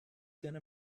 gonna